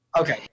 Okay